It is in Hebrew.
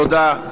תודה.